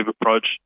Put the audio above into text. approach